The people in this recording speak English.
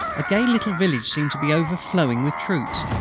a gay little village seemed to be overflowing with troops.